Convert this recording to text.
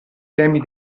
temi